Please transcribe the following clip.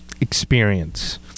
experience